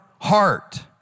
heart